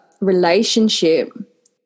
relationship